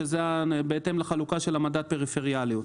שזה בהתאם לחלוקה של מדד הפריפריאליות.